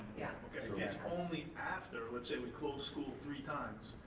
yeah. okay. so it's only after, let's say we close school three times.